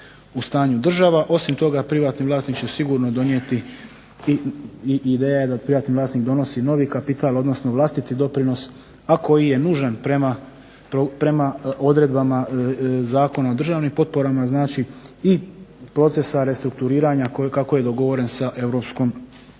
u stanju država. Osim toga, privatni vlasnik će sigurno donijeti i ideja je da privatni vlasnik donosi novi kapital, odnosno vlastiti doprinos a koji je nužan prema odredbama Zakona o državnim potporama. Znači, i procesa restrukturiranja kako je dogovoren sa Europskom